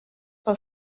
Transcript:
pel